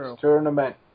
tournament